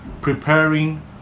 preparing